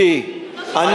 לא